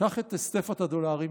קח את סטפת הדולרים,